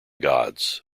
gods